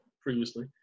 previously